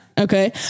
Okay